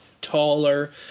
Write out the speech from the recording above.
taller